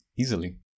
easily